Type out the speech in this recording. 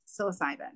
psilocybin